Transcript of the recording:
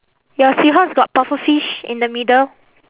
your seahorse got pufferfish in the middle